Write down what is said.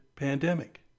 pandemic